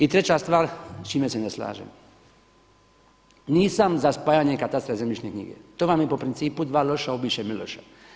I treća stvar s čime se ne slažem, nisam za spajanje katastra i zemljišne knjige, to vam je po principu „Dva loša ubiše Miloša“